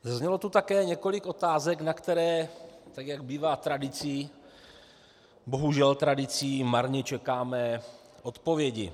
Zaznělo tu také několik otázek, na které, tak jak bývá tradicí, bohužel tradicí, marně čekáme odpovědi.